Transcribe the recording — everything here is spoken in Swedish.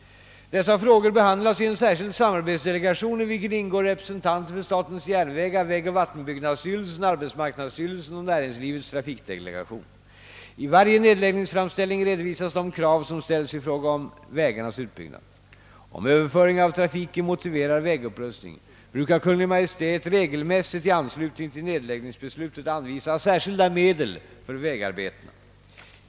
Dessa frågor behandlas i en särskild samarbetsdelegation i vilken ingår representanter för statens järnvägar, vägoch vattenbyggnadsstyrelsen, = arbetsmarknadsstyrelsen och näringslivets trafikdelegation. I varje nedläggningsframställning redovisas de krav som ställs i fråga om vägarnas utbyggnad. Om överföring av trafiken motiverar vägupprustning, brukar Kungl. Maj:t regelmässigt i anslutning till nedläggningsbeslutet anvisa särskilda medel för vägarbetena.